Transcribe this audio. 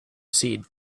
seed